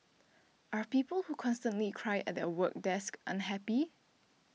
are people who constantly cry at their work desk unhappy